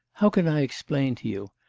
how can i explain to you?